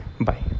Bye